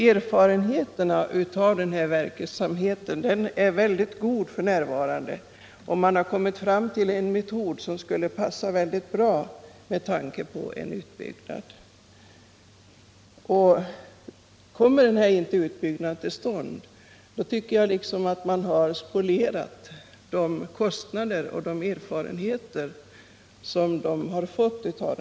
Erfarenheterna av verksamheten är mycket goda f. n., och man har kommit fram till en metod som skulle passa mycket bra vid en utbyggnad. Kommer inte denna utbyggnad till stånd, så tycker jag att man liksom har spolierat kostnaderna för och erfarenheterna av anläggningen.